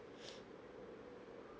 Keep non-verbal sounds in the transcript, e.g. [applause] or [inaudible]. [breath]